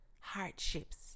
hardships